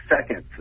seconds